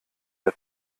der